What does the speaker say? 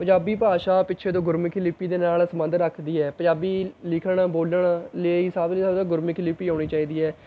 ਪੰਜਾਬੀ ਭਾਸ਼ਾ ਪਿੱਛੇ ਤੋਂ ਗੁਰਮੁਖੀ ਲਿਪੀ ਦੇ ਨਾਲ਼ ਸੰਬੰਧ ਰੱਖਦੀ ਹੈ ਪੰਜਾਬੀ ਲਿਖਣ ਬੋਲਣ ਲਈ ਸਭ ਤੋਂ ਜ਼ਿਆਦਾ ਗੁਰਮੁਖੀ ਲਿਪੀ ਆਉਣੀ ਚਾਹੀਦੀ ਹੈ